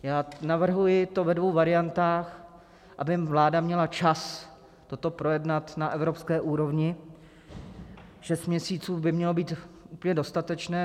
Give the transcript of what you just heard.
Já to navrhuji ve dvou variantách, aby vláda měla čas toto projednat na evropské úrovni, šest měsíců by mělo být úplně dostatečných.